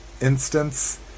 instance